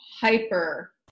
hyper